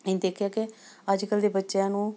ਅਸੀਂ ਦੇਖਿਆ ਕਿ ਅੱਜ ਕੱਲ੍ਹ ਦੇ ਬੱਚਿਆਂ ਨੂੰ